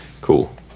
Cool